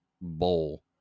bowl